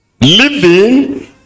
Living